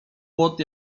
płot